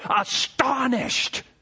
astonished